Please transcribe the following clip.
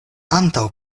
antaŭ